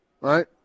Right